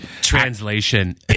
translation